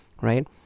right